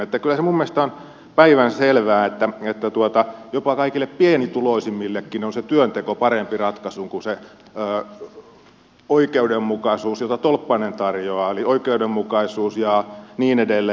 kyllä se minun mielestäni on päivänselvää että jopa kaikille pienituloisimmillekin on työnteko parempi ratkaisu kuin se oikeudenmukaisuus jota tolppanen tarjoaa eli oikeudenmukaisuus ja niin edelleen